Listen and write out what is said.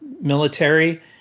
military